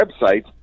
website